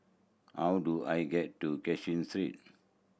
how do I get to Cashin Street